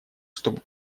чтобы